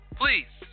please